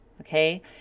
Okay